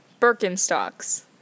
Birkenstocks